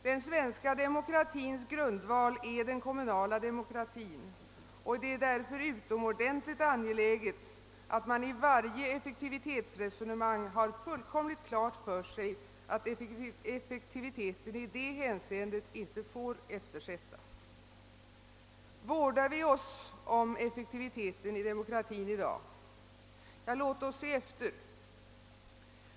Den svenska demokratins grundval är den kommunala demokratin, och det är därför utomordentligt angeläget att man vid varje effektivitetsresonemang har fullkomligt klart för sig att effektiviteten i det hänseendet inte får eftersättas. Vårdar vi oss om effektiviteten i demokratin i dag? Ja, låt oss se efter!